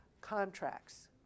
contracts